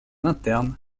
interne